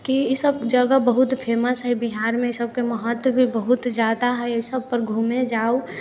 की ई सब जगह बहुत फेमस हइ बिहारमे इसबके महत्व भी बहुत जादा हइ ई सबपर घूमै जाउ